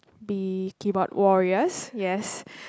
be keyboard warriors yes